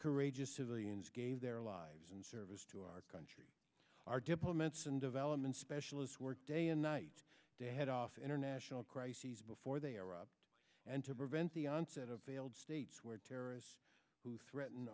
courageous civilians gave their lives in service to our country our diplomats and development specialists work day and night to head off international crises before they arrive and to prevent the onset of failed states where terrorists who threaten